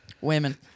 women